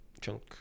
Chunk